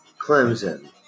Clemson